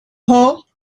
hope